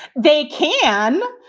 they can,